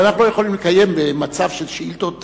אבל אנחנו לא יכולים לקיים במצב של שאילתות